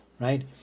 right